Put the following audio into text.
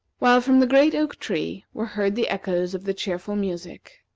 while from the great oak-tree were heard the echoes of the cheerful music.